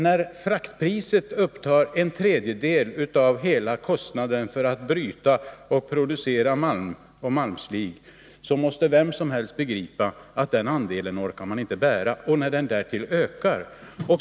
När fraktpriset utgör en tredjedel av hela kostnaden för att bryta och producera malm och malmslig måste vem som helst begripa att företaget inte orkar bära den andelen — en andel som därtill ökar.